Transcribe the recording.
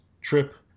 trip